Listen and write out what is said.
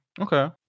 Okay